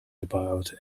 about